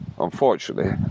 unfortunately